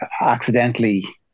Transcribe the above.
accidentally